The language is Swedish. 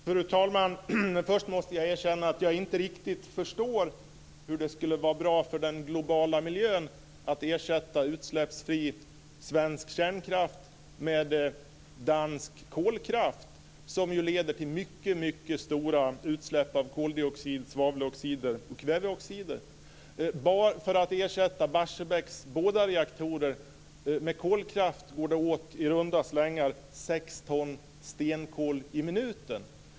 Fru talman! Först måste jag erkänna att jag inte riktigt förstår hur det skulle kunna vara bra för den globala miljön att ersätta utsläppsfri svensk kärnkraft med dansk kolkraft, som ju leder till mycket stora utsläpp av koldioxid, svaveloxider och kväveoxider. Bara för att ersätta Barsebäcks båda reaktorer med kolkraft går det åt i runda slängar sex ton stenkol i minuten.